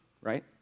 right